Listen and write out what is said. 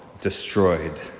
Destroyed